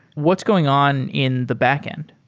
what's going on in the backend?